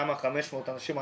גם 500 אנשים,